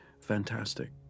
fantastic